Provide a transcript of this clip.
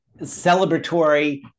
celebratory